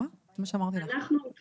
אני אתן